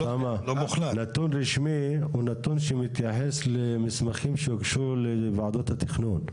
נתון רשמי הוא נתון שמתייחס למסמכים שהוגשו לוועדות התכנון.